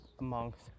amongst